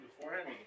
beforehand